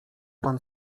pan